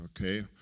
okay